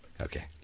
Okay